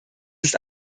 ist